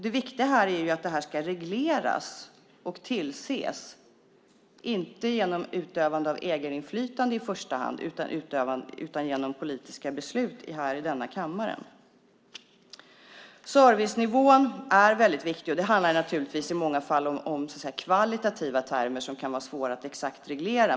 Det viktiga här är att detta ska regleras och tillses, inte genom utövande av ägarinflytande i första hand utan genom politiska beslut här i denna kammare. Servicenivån är väldigt viktig. Det handlar naturligtvis i många fall om kvalitativa termer som kan vara svåra att exakt reglera.